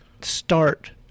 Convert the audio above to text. start